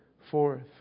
forth